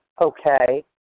Okay